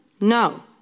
No